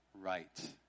right